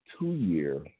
two-year